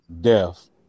death